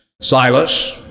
Silas